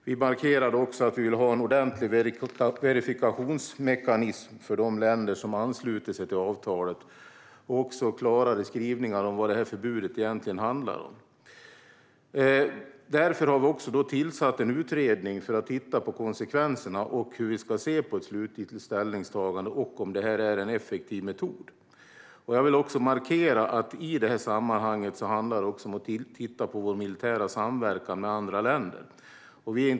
Vi markerade också att vi vill ha en ordentlig verifikationsmekanism för de länder som ansluter sig till avtalet och även klarare skrivningar om vad detta förbud egentligen handlar om. Därför har vi tillsatt en utredning för att titta på konsekvenserna och hur vi ska se på ett slutgiltigt ställningstagande och om detta är en effektiv metod. Låt mig markera att det i detta sammanhang också handlar om att titta på vår militära samverkan med andra länder.